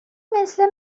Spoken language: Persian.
مثل